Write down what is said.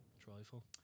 trifle